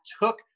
took